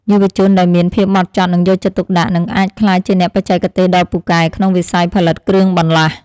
យុវជនដែលមានភាពហ្មត់ចត់និងយកចិត្តទុកដាក់នឹងអាចក្លាយជាអ្នកបច្ចេកទេសដ៏ពូកែក្នុងវិស័យផលិតគ្រឿងបន្លាស់។